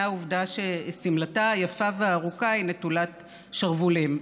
העובדה ששמלתה היפה והארוכה היא נטולת שרוולים.